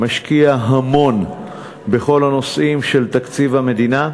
משקיע המון בכל הנושאים של תקציב המדינה.